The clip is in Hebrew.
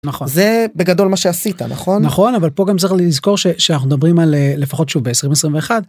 זה בגדול מה שעשית נכון נכון אבל פה גם צריך לזכור שאנחנו מדברים על לפחות שוב 2021.